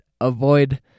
avoid